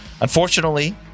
unfortunately